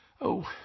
Oh